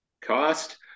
cost